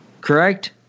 Correct